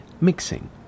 mixing